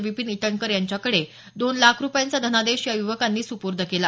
विपिन इटनकर यांच्याकडे दोन लाख रूपयांचा धनादेश या युवकांनी सुपुर्द केला